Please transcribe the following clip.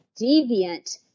deviant